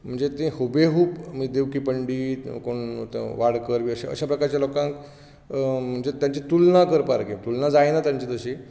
म्हणजे तीं हुबेहूब म्हणजे देवकी पंडीत कोण तो वाडकर अशे प्रकारच्या लोकांक म्हणजे तांची तुलनां करपा सारकी पूण तुलना जायना तेंची तशी